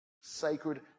Sacred